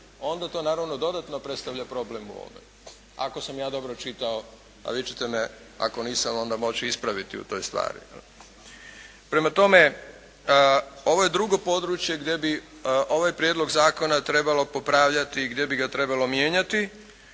onda to naravno dodatno predstavlja problem u ovome ako sam ja dobro čitao, a vi ćete me ako nisam onda moći ispraviti u toj stvari. Prema tome, ovo je drugo područje gdje bi, ovo je prijedlog zakona trebalo popravljati gdje bi ga trebalo mijenjati.